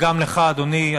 אדוני,